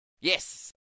Yes